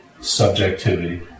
subjectivity